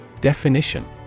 Definition